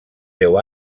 deu